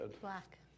Black